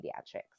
pediatrics